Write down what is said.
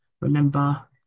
remember